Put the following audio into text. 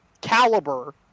caliber